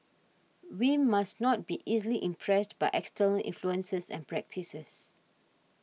we must not be easily impressed by external influences and practices